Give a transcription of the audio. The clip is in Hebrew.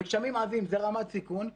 וגשמים עזים זו רמת סיכון.